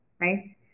right